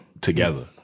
together